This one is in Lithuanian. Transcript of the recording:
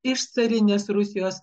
iš carinės rusijos